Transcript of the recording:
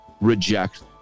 reject